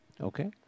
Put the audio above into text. okay